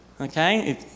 Okay